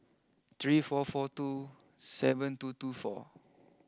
three four four two seven two two four